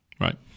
Right